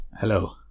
Hello